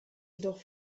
jedoch